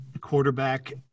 quarterback